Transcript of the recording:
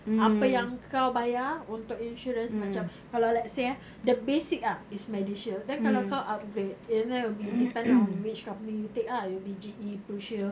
apa yang kau bayar untuk insurance macam kalau let's say ah the basic ah is medishield then kalau kau upgrade and then it will be depend on which company you take ah your G_E prushield